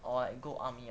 or like go army